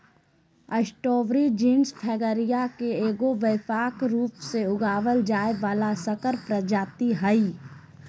strawberry genus Fragaria के एगो व्यापक रूप से उगाल जाय वला संकर प्रजाति हइ